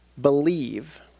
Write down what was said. believe